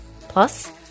Plus